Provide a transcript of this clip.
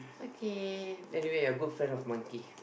okay anyway you're good friend of monkey